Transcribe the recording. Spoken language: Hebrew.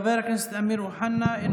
שעל אדמות מדינה יוסדר.